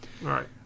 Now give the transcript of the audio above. right